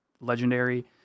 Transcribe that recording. legendary